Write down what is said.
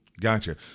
Gotcha